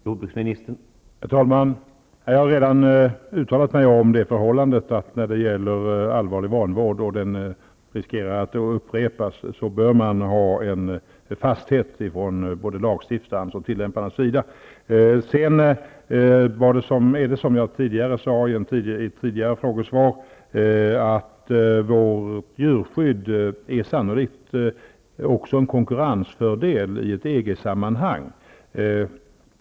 Herr talman! Jag har redan uttalat mig om det förhållandet att man då det gäller allvarlig vanvård av djur som riskerar att upprepas bör ha en fasthet både från lagstiftarens och från tillämparens sida. Som jag sagt i ett tidigare frågesvar blir vårt djurskydd sannolikt en konkurrensfördel i ett EG sammanhang.